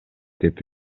деп